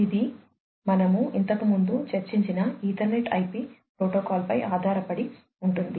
ఇది మనము ఇంతకుముందు చర్చించిన ఈథర్నెట్ IP ప్రోటోకాల్పై ఆధారపడి ఉంటుంది